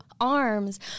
arms